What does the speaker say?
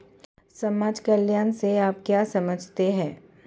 समाज कल्याण से आप क्या समझते हैं?